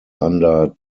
under